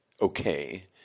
Okay